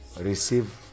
receive